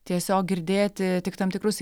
tiesiog girdėti tik tam tikrus